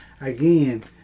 again